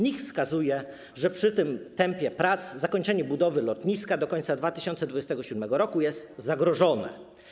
NIK wskazuje, że przy tym tempie prac zakończenie budowy lotniska do końca 2027 r. jest zagrożone.